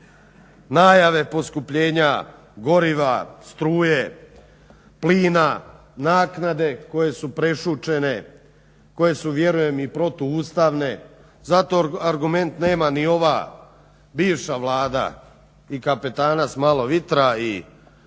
najave poskupljenja goriva, struje, plina, naknade koje su prešućene, koje su vjerujem i protuustavne. Zato argument nema ni ova bivša vlada, ni kapetana s malo vitra i